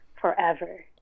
forever